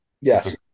yes